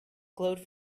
glowed